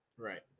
Right